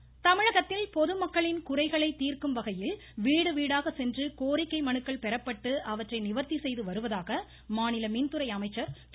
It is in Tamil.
தங்கமணி தமிழகத்தில் பொதுமக்களின் குறைகளை தீர்க்கும்வகையில் வீடு வீடாக சென்று கோரிக்கை மனுக்கள் பெறப்பட்டு அவற்றை நிவர்த்தி செய்துவருவதாக மாநில மின்துறை அமைச்சர் திரு